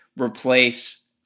replace